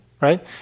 right